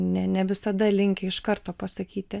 ne ne visada linkę iš karto pasakyti